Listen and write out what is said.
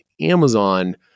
Amazon